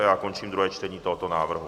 Já končím druhé čtení tohoto návrhu.